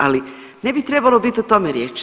Ali ne bi trebalo biti o tome riječ.